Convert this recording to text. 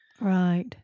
Right